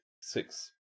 six